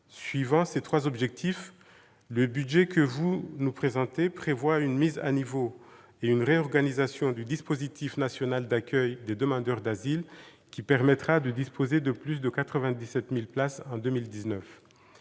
Suivant ces trois objectifs, le budget que vous nous présentez prévoit une mise à niveau et une réorganisation du dispositif national d'accueil des demandeurs d'asile, qui permettra de disposer de plus de 97 000 places en 2019.